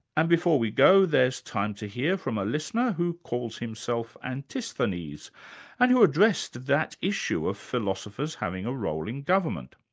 and before we go, there's time to hear from a listener, who calls himself antisthenes, and and who addressed that issue of philosophers having a role in government.